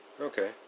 Okay